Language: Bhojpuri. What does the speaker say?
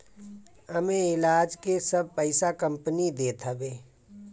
एमे इलाज के सब पईसा कंपनी देत हवे